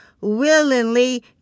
willingly